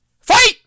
Fight